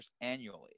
annually